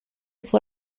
fue